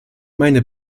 meine